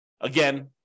Again